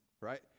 Right